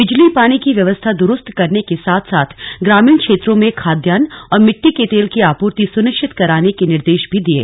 बिजली पानी की व्यवस्था दुरुस्त करने के साथ साथ ग्रामीण क्षेत्रों में खाद्यान्न और मिट्टी के तेल की आपूर्ति सुनिश्चित कराने के निर्देश भी दिये